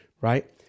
right